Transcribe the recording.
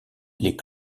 les